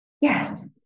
Yes